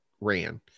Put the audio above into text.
ran